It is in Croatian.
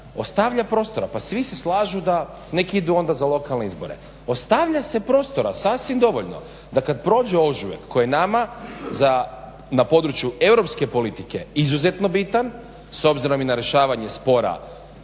ostavlja prostora, pa svi se slažu da nek idu onda za lokalne izbore. Ostavlja se prostora sasvim dovoljno da kad prođe ožujak koji nama za, na području europske politike izuzetno bitan, s obzirom i na rješavanje spora